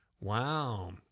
Wow